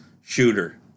shooter